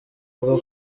uvuga